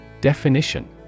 Definition